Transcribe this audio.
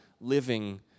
living